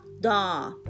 da